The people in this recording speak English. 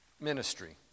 ministry